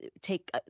take